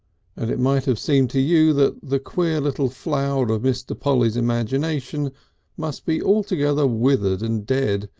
and it might have seemed to you that the queer little flower of mr. polly's imagination must be altogether withered and dead,